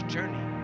Journey